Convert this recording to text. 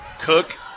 Cook